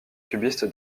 cubiste